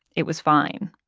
it was fine.